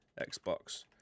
Xbox